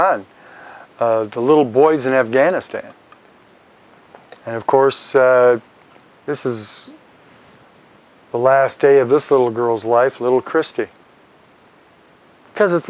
on the little boys in afghanistan and of course this is the last day of this little girl's life little christie because it's